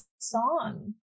song